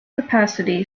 capacity